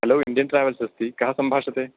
hello Indian Travels अस्ति कः सम्भाषते